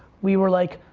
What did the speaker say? we were like,